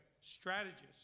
Strategists